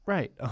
Right